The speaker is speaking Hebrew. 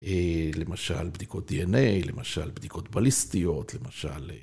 למשל בדיקות DNA, למשל בדיקות בליסטיות, למשל...